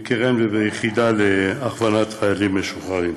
ובקרן וביחידה להכוונת חיילים משוחררים.